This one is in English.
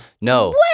No